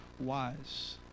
wise